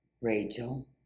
Rachel